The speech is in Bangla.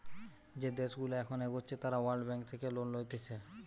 যে দেশগুলা এখন এগোচ্ছে তারা ওয়ার্ল্ড ব্যাঙ্ক থেকে লোন লইতেছে